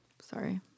sorry